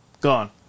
gone